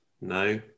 No